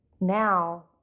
now